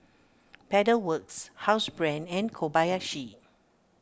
Pedal Works Housebrand and Kobayashi